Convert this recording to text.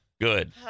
Good